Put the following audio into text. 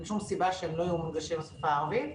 אין שום סיבה שהם לא יהיו מונגשים בשפה הערבית.